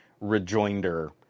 rejoinder